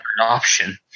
option